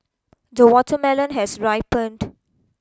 the watermelon has ripened